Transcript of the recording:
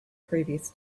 previous